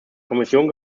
kommission